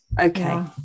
okay